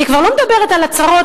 אני כבר לא מדברת על הצרות,